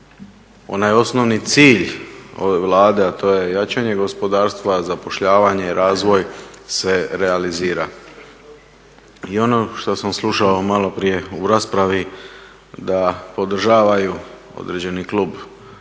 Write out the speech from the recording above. onaj osnovni cilj ove Vlade, a to je jačanje gospodarstva, zapošljavanje, razvoj se realizira. I ono što sam slušao malo prije u raspravi da podržavaju određeni klub,